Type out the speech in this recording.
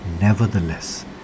Nevertheless